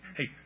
Hey